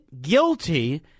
guilty